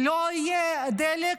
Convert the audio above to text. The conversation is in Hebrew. לא יהיה דלק,